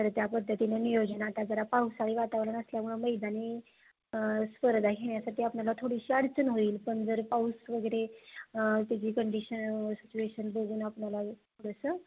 तर त्या पद्धतीने नियोजन आता जरा पावसाळी वातावरण असल्यामुळं मैदानी स्पर्धा घेण्यासाठी आपल्याला थोडीशी अडचण होईल पण जर पाऊस वगैरे त्याची कंडिशन सिच्युएशन बघून आपणाला थोडंसं